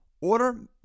Order